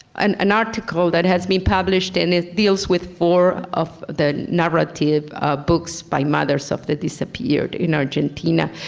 an an article that has been published and it deals with four of the narrative books by mothers of the disappeared in argentina.